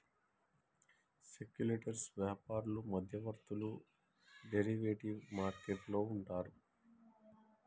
speculators వ్యాపారులు మధ్యవర్తులు derivative market లో ఉంటారు